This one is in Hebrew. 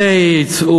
ויצאו